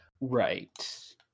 Right